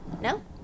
No